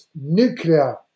nuclear